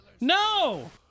No